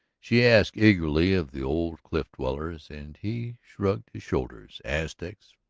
she asked eagerly of the old cliff-dwellers and he shrugged his shoulders. aztecs,